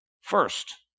first